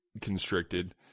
constricted